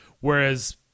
Whereas